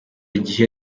gihe